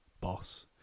boss